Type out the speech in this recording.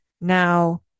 Now